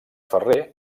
ferrer